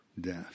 death